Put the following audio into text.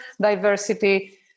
diversity